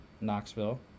Knoxville